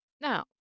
Now